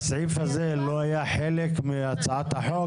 הסעיף הזה לא היה חלק מהצעת החוק?